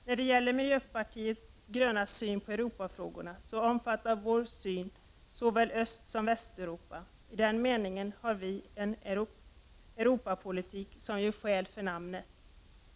När det gäller miljöpartiet de grönas syn på Europafrågorna så omfattar vår syn såväl Östsom Västeuropa. I den meningen har vi en Europapolitik som gör skäl för namnet.